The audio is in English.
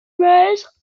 wise